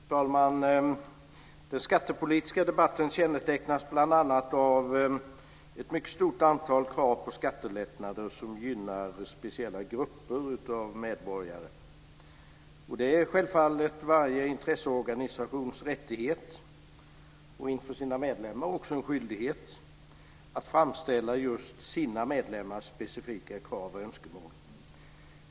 Fru talman! Den skattepolitiska debatten kännetecknas bl.a. av ett mycket stort antal krav på skattelättnader som gynnar speciella grupper av medborgare. Det är självfallet varje intresseorganisations rättighet, och inför medlemmarna också en skyldighet, att framställa just sina medlemmars specifika krav och önskemål.